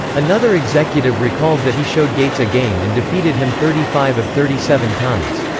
another executive recalled that he showed gates a game and defeated him thirty five of thirty seven times.